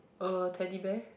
a Teddy Bear